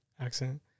accent